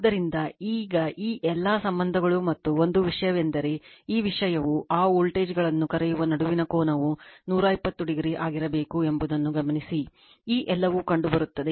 ಆದ್ದರಿಂದ ಈಗ ಈ ಎಲ್ಲಾ ಸಂಬಂಧಗಳು ಮತ್ತು ಒಂದು ವಿಷಯವೆಂದರೆ ಈ ವಿಷಯವು ಆ ವೋಲ್ಟೇಜ್ಗಳನ್ನು ಕರೆಯುವ ನಡುವಿನ ಕೋನವು 120 o ಆಗಿರಬೇಕು ಎಂಬುದನ್ನು ಗಮನಿಸಿ ಈ ಎಲ್ಲವು ಕಂಡುಬರುತ್ತದೆ